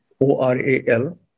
O-R-A-L